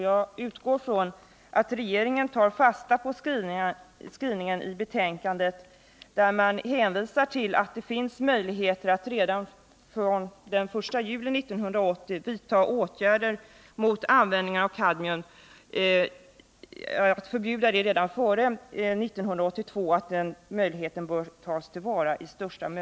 Jag utgår från att regeringen tar fasta på skrivningen i betänkandet, vari hänvisas till att det finns möjlighet att redan från den 1 juli 1980 vidta åtgärder mot användningen av kadmium, t.ex. ett förbud mot kadmium redan före 1982, och att den möjligheten bör tas till vara.